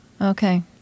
Okay